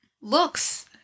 looks